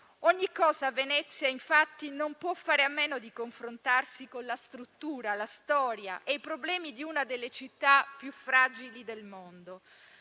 Ogni cosa a Venezia, infatti, non può fare a meno di confrontarsi con la struttura, la storia e problemi di una delle città più fragili del mondo,